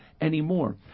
anymore